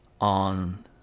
on